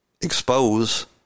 expose